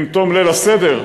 עם תום ליל הסדר,